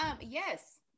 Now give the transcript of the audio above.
Yes